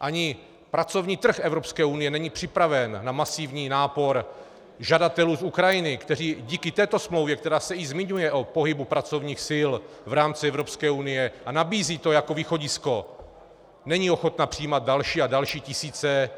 Ani pracovní trh Evropské unie není připraven na masivní nápor žadatelů z Ukrajiny, kteří díky této smlouvě, která se i zmiňuje o pohybu pracovních sil v rámci Evropské unie a nabízí to jako východisko, není ochotna přijímat další a další tisíce